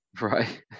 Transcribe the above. Right